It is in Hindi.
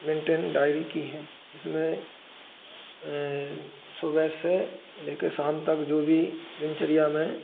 मेन्टेन डायरी की हैं जिसमें सुबह से लेकर शाम तक जो भी दिनचर्या में